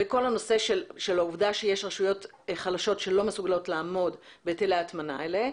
והעובדה שיש רשויות חלשות שלא מסוגלות לעמוד בהיטלי ההטמנה האלה,